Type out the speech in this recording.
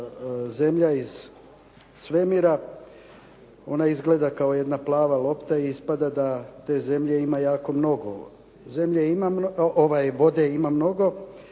zemlja iz svemira, ona izgleda kao jedna plava lopta i ispada da te vode ima jako mnogo. Vode ima mnogo,